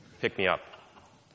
pick-me-up